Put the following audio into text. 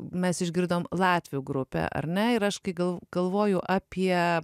mes išgirdom latvių grupę ar ne ir aš gal galvoju apie